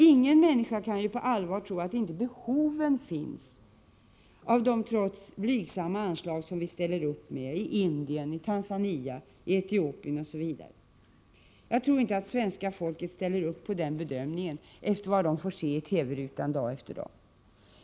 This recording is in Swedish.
Ingen människa kan på allvar tro att inte behoven finns av de trots allt blygsamma anslag som vi ställer upp med i Indien, Tanzania, Etiopien osv. Jag tror inte att svenska folket ställer upp på den bedömningen, efter vad de får se i TV-rutan dag efter dag.